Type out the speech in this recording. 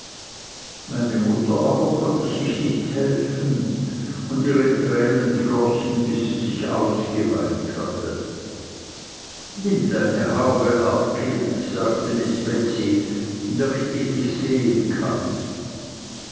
meine mutter aber konnte sich nicht helfen und ihre tränen flossen bis sie sich ausgeweint hatte nimm deine haube ab kind sagte miß betsey damit ich dich sehen kann